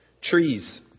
trees